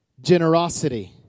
generosity